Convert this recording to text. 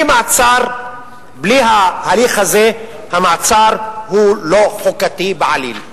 בלי ההליך הזה, המעצר הוא לא חוקתי בעליל.